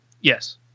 Yes